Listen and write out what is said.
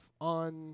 on